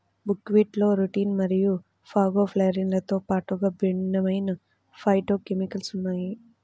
బుక్వీట్లో రుటిన్ మరియు ఫాగోపైరిన్లతో పాటుగా విభిన్నమైన ఫైటోకెమికల్స్ ఉన్నాయి